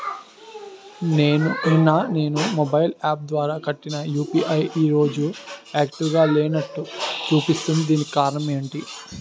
నిన్న నేను mobile app ద్వారా కట్టిన యు.పి.ఐ ఈ రోజు యాక్టివ్ గా లేనట్టు చూపిస్తుంది దీనికి కారణం ఏమిటి?